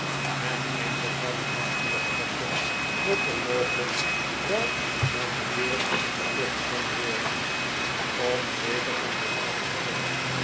en eindelijk kwam het hem in de gedachten dat er mogelijk wel aan de deur geklopt de pickwick club kon worden om zeker van zijn zaak te zijn